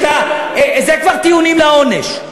זה כבר טיעונים לעונש.